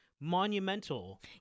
monumental